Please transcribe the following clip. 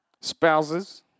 spouses